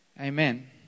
Amen